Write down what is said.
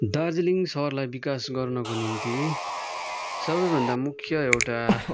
दार्जिलिङ शहरलाई विकास गर्नको निम्ति सबैभन्दा मुख्य एउटा